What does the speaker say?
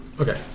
Okay